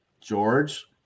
George